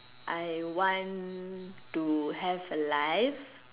I want to have a life